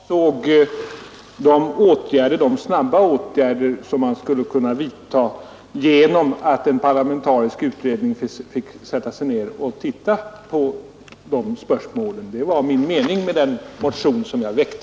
Herr talman! Med de andra sätt som jag talade om avsåg jag de snabba åtgärder som man skulle kunna vidta genom att en parlamentarisk utredning fick granska de här spörsmålen. Det var min mening med den motion som jag väckte.